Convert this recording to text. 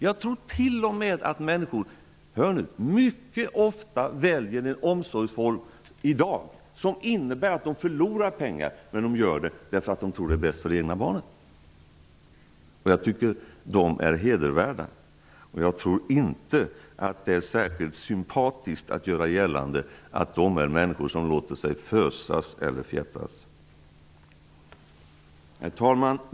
Jag tror t.o.m. att människor -- hör nu -- mycket ofta väljer en omsorgsform som i dag innebär att de förlorar pengar. De gör det därför att de tror att det är bäst för det egna barnet. Jag tycker att de är hedervärda. Jag tror inte att det är särskilt sympatiskt att göra gällande att de är människor som låter sig fösas eller fjättras. Herr talman!